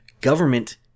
government